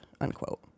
unquote